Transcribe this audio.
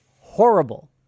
horrible